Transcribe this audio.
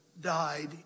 died